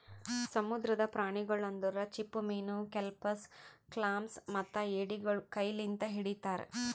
ಸಮುದ್ರದ ಪ್ರಾಣಿಗೊಳ್ ಅಂದುರ್ ಚಿಪ್ಪುಮೀನು, ಕೆಲ್ಪಸ್, ಕ್ಲಾಮ್ಸ್ ಮತ್ತ ಎಡಿಗೊಳ್ ಕೈ ಲಿಂತ್ ಹಿಡಿತಾರ್